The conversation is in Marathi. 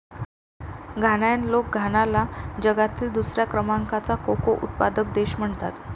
घानायन लोक घानाला जगातील दुसऱ्या क्रमांकाचा कोको उत्पादक देश म्हणतात